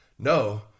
No